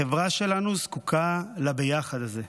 החברה שלנו זקוקה לביחד הזה.